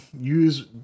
use